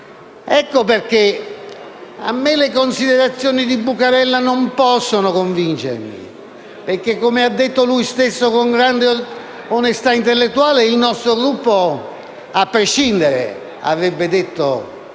Ecco perché a me le considerazioni del senatore Buccarella non possono convincere, perché, come ha detto lui stesso con grande onestà intellettuale, il suo Gruppo - a prescindere, avrebbe detto